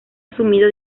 asumido